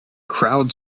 crowd